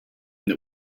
that